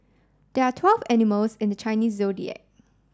there are twelve animals in the Chinese Zodiac